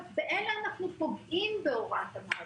באלה אנחנו פוגעים בהוראת המעבר.